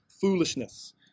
foolishness